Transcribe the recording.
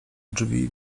drzwi